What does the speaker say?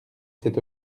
cet